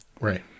right